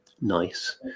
nice